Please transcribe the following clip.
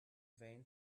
vain